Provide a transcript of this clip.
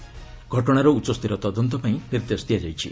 ଘଟଣାର ଉଚ୍ଚସ୍ତରୀୟ ତଦନ୍ତ ପାଇଁ ନିର୍ଦ୍ଦେଶ ଦିଆଯାଛଛି